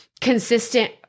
consistent